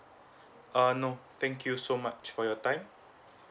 uh no thank you so much for your time